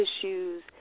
issues